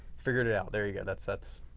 figured it out. there you go. that's that's